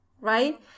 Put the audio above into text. right